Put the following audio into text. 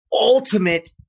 ultimate